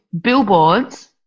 billboards –